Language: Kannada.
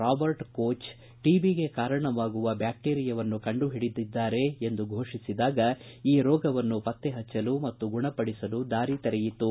ರಾಬರ್ಟ್ ಕೋಚ್ ಟಿಬಿಗೆ ಕಾರಣವಾಗುವ ಬ್ಯಾಕ್ಷೀರಿಯವನ್ನು ಕಂಡುಹಿಡಿದಿದ್ದಾರೆ ಎಂದು ಫೋಷಿಸಿದಾಗ ಈ ರೋಗವನ್ನು ಪತ್ತೆಹಚ್ಚಲು ಮತ್ತು ಗುಣಪಡಿಸಲು ದಾರಿ ತೆರೆಯಿತು